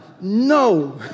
no